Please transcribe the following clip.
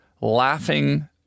laughing